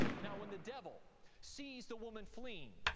now when the devil sees the woman fleeing,